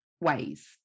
ways